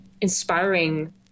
inspiring